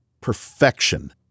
Perfection